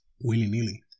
willy-nilly